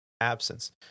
absence